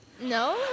No